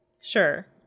Sure